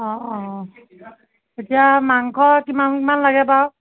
অঁ অঁ এতিয়া মাংস কিমানমান লাগে বাৰু